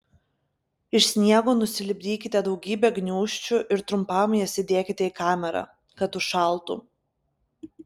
iš sniego nusilipdykite daugybę gniūžčių ir trumpam jas įdėkite į kamerą kad užšaltų